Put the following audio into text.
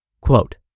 Quote